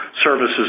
service's